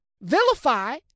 vilify